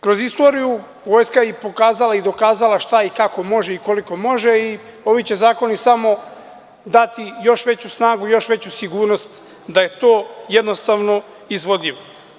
Kroz istoriju vojska je i pokazala i dokazala šta i kako može i koliko može, a ovi će zakoni samo dati još veću snagu i još veću sigurnost da je to jednostavno izvodljivo.